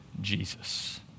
Jesus